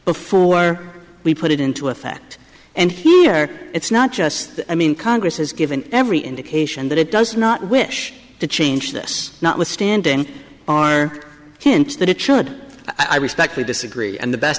before we put it into effect and here it's not just i mean congress has given every indication that it does not wish to change this notwithstanding our hints that it should i respectfully disagree and the best